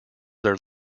their